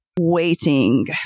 waiting